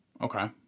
Okay